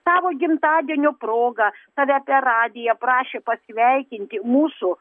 tavo gimtadienio proga tave per radiją prašė pasveikinti mūsų